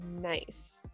Nice